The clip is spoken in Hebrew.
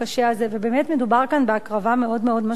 ובאמת מדובר כאן בהקרבה מאוד מאוד משמעותית,